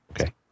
Okay